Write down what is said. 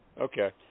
Okay